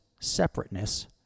separateness